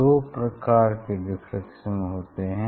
दो प्रकार के डिफ्रैक्शन होते हैं